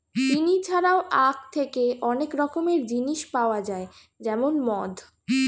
চিনি ছাড়াও আখ থেকে অনেক রকমের জিনিস পাওয়া যায় যেমন মদ